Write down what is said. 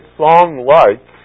song-like